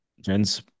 Jen's